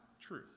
true